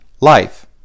life